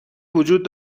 وجود